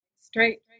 Straight